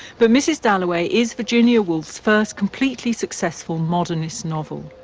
but mrs. dalloway is virginia woolf's first completely successful modernist novel.